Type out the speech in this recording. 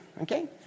okay